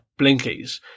blinkies